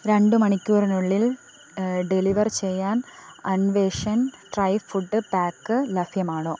രണ്ട് മണിക്കൂറിനുള്ളിൽ ഡെലിവർ ചെയ്യാൻ അൻവേശൻ ഡ്രൈ ഫ്രൂട്ട് പാക്ക് ലഭ്യമാണോ